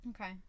okay